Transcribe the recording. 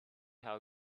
how